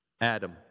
Adam